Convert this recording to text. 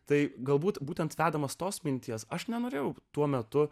tai galbūt būtent vedamas tos minties aš nenorėjau tuo metu